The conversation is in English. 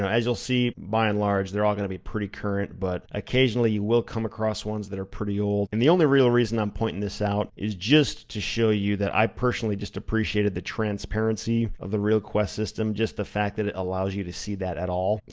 as you'll see, by and large, they're all gonna be pretty current. but occasionally, you will come across ones that are pretty old. and the only real reason i'm pointing this out is just to show you that i personally just appreciated the transparency of the realquest system, just the fact that it allows you to see that at all.